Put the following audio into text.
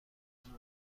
عالیه